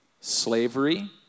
Slavery